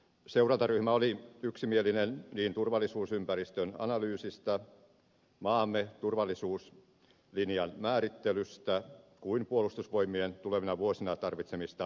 seurantaryhmä oli yksimielinen niin turvallisuusympäristön analyysistä maamme turvallisuuslinjan määrittelystä kuin puolustusvoimien tulevina vuosina tarvitsemista resursseista